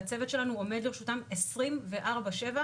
והצוות שלנו עומד לרשותם עשרים וארבע/שבע.